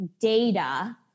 data